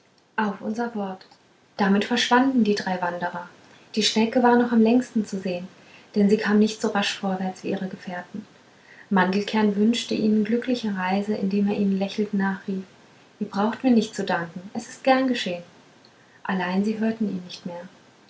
auf unser wort damit verschwanden die drei wanderer die schnecke war noch am längsten zu sehen denn sie kam nicht so rasch vorwärts wie ihre gefährten mandelkern wünschte ihnen glückliche reise indem er ihnen lächelnd nachrief ihr braucht mir nicht zu danken es ist gern geschehen allein sie hörten ihn nicht mehr